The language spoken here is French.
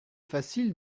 facile